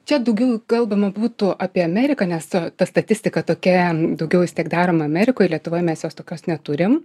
čia daugiau kalbama būtų apie ameriką nes ta statistika tokia daugiau vis tiek daroma amerikoj lietuvoj mes jos tokios neturim